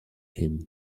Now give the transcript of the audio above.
him